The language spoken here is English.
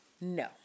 No